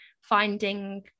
finding